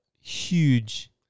Huge